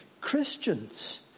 Christians